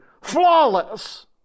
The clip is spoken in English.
flawless